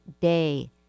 day